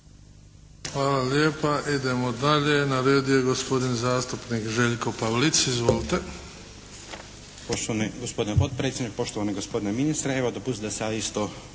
Hvala lijepa. Idemo dalje. Na redu je gospodin zastupnik Željko Pavlic. Izvolite.